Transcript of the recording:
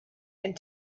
and